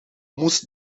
moest